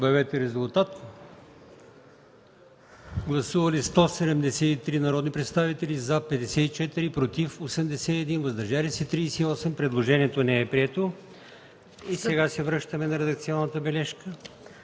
Моля, гласувайте. Гласували 173 народни представители: за 54, против 81, въздържали се 38. Предложението не е прието. И сега се връщаме на редакционната поправка